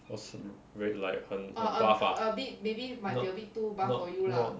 cause um wait like 很很 buff ah not not not